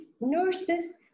nurses